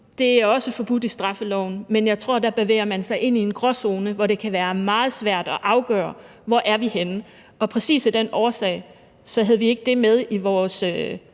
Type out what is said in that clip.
det er også forbudt i straffeloven – men jeg tror, at man dér bevæger sig ind i en gråzone, hvor det kan være meget svært at afgøre, hvor vi er henne, og præcis af den årsag havde vi ikke det med i vores